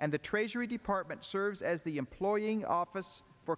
and the treasury department serves as the employing office for